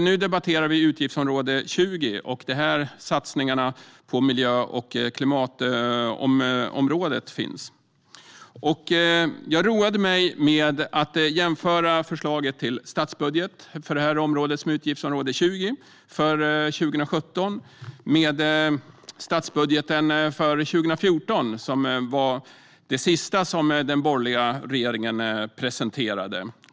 Nu debatterar vi utgiftsområde 20, där satsningarna på miljö och klimatområdet finns. Jag roade mig med att jämföra förslaget till statsbudget för utgiftsområde 20 för 2017 med statsbudgeten för 2014, som var den sista som den borgerliga regeringen presenterade.